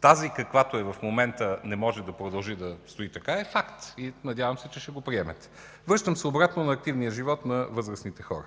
тази, каквато е в момента, не може да продължи да стои така, е факт – надявам се, че ще го приемете. Връщам се обратно на активния живот на възрастните хора.